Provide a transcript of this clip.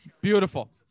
Beautiful